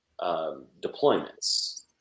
deployments